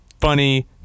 Funny